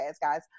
guys